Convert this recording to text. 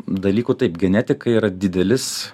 dalykų taip genetika yra didelis